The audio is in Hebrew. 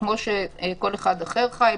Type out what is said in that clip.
כפי שכל אחד אחר חי,